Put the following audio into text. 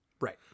Right